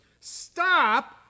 stop